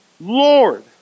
Lord